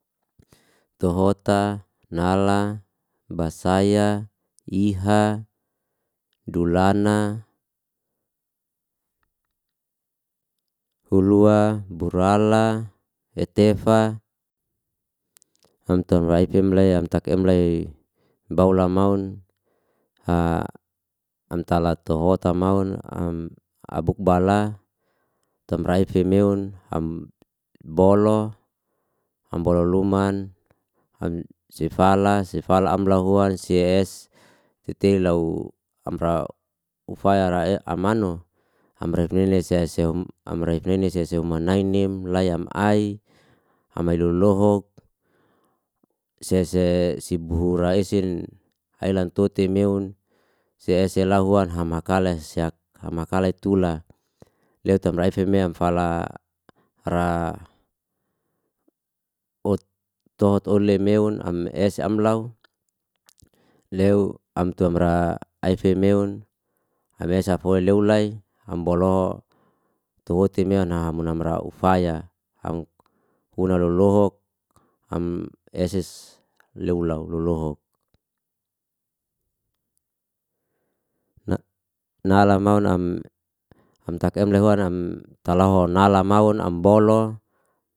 Tohota, nala, basaya, iha, dulana, huluwa, burala, etefa. Am tamraifi fimleya am tak'em lei baula maun, am tala tohota maun, am abukbala, tamraifi meun, am bolu, am boluman, am sifala sifala, am lahua, sihes titilau amra ufayara'e amano. Am refni le sei sehum am ref- refni sei sehuman nainim layam ai, amai lolohuk sese siburaisin ailan toti meun, se ese lauhuan ham hakales sia hamhaklai tula, leota tamraife meun, am fala ra ra ot tohot oli meun am ese amlau, leu amtu amra aife meun, hamesa foili leolai amboloho tohoti meun ham muan amra ufaya. Am kuna lolohuk am eses leolau lolohuk. nala maun, am am tak'amle huan am talaho nala maun am bolu.